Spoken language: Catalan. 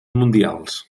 mundials